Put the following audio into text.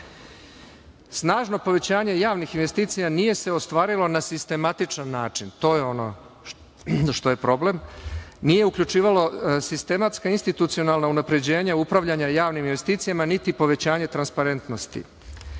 Snažno povećanje javnih investicija nije se ostvarilo na sistematičan način. To je ono što je problem. Nije uključivalo sistematska-institucionalna unapređenja upravljanja javnim investicijama, niti povećanje transparentnosti. Najveći